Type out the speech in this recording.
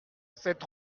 cette